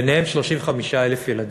בהם 35,000 ילדים.